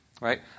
right